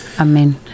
Amen